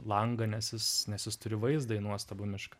langą nes jis nes jis turi vaizdą į nuostabų mišką